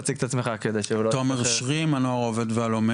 תעסוקה היא עניין איזורי